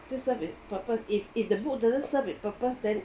they serve a purpose if if the book doesn't serve with purpose then